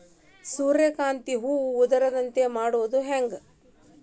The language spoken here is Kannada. ಸೂರ್ಯಕಾಂತಿ ಹೂವ ಉದರದಂತೆ ಮಾಡುದ ಹೆಂಗ್?